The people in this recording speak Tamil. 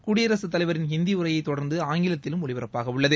குடியரசுத் தலைவரின் ஹிந்தி உரையை தொடர்ந்து ஆங்கிலத்திலும் ஒலிபரப்பாகவுள்ளது